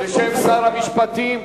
אני מודה